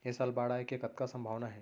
ऐ साल बाढ़ आय के कतका संभावना हे?